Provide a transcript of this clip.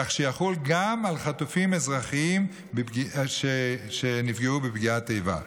כך שיחול גם על חטופים אזרחים שנפגעו בפגיעת איבה.